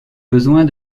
besoin